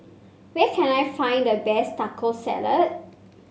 where can I find the best Taco Salad